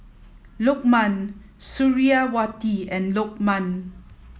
Lukman Suriawati and Lokman